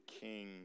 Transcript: king